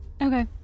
Okay